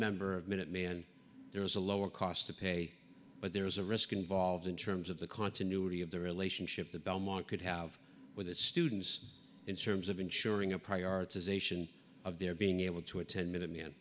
member of minutemen there is a lower cost to pay but there is a risk involved in terms of the continuity of the relationship the belmont could have with its students in terms of ensuring a prioritization of their being able to attend minute